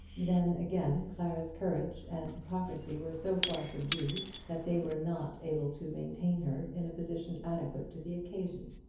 then again clara's courage and hypocrisy were so far subdued that they were not able to maintain her in a position adequate to the occasion.